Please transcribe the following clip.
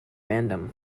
random